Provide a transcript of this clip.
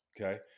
okay